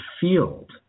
field